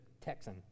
Texan